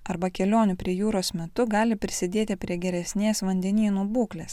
arba kelionių prie jūros metu gali prisidėti prie geresnės vandenynų būklės